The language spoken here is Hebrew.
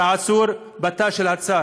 על העצור בתא של הצאר: